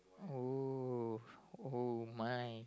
oh oh my